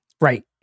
Right